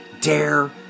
Dare